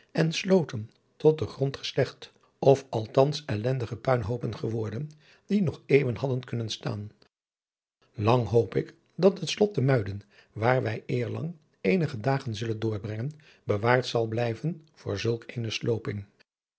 en sloten tot den grond geslecht of althans ellendige puinhoopen geworden die nog eeuwen hadden kunnen staan lang hoop ik dat het slot te muiden waar wij eerlang eeniadriaan loosjes pzn het leven van hillegonda buisman ge dagen zullen doorbrengen bewaard zal blijven voor zulk eene slooping